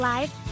Live